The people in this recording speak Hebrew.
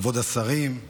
כבוד השרים,